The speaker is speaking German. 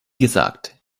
gesagt